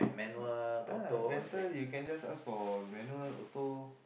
uh rental you can just ask for manual auto